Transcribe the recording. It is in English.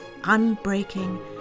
unbreaking